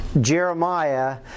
Jeremiah